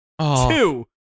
Two